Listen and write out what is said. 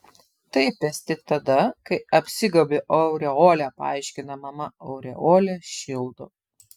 taip esti tada kai apsigobi aureole paaiškina mama aureolė šildo